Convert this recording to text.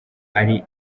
ari